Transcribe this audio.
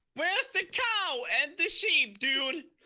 where's the cow and the sheep, dude?